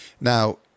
Now